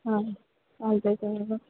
हां